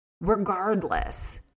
regardless